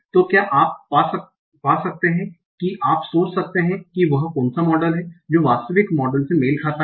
तो क्या आप पा सकते हैं कि आप सोच सकते हैं कि वह कौन सा मॉडल है जो वास्तविक मॉडल से मेल खाता है